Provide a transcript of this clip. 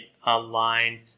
Online